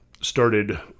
started